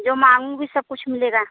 जो माँगूँगी सब कुछ मिलेगा